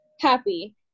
happy